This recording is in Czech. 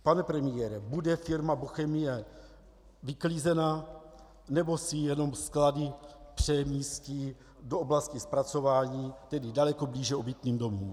Pane premiére, bude firma Bochemie vyklizena, nebo si jenom sklady přemístí do oblasti zpracování, tedy daleko blíže obytným domům?